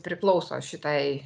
priklauso šitai